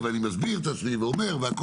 ואני מסביר את עצמי והכול,